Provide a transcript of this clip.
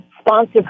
sponsor